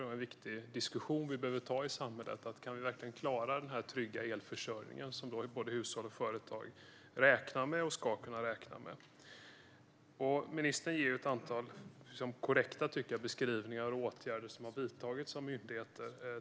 Det är en viktig diskussion som vi måste ta i samhället: Kan vi verkligen klara den trygga elförsörjning som både hushåll och företag räknar med och ska kunna räkna med? Ministern ger ett antal beskrivningar som jag tycker är korrekta och redogör för åtgärder som har vidtagits av myndigheter.